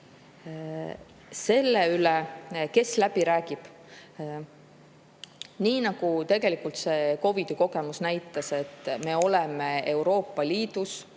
sellest, kes läbi räägib. Nii nagu tegelikult see COVID-i kogemus näitas, me oleme Euroopa Liidus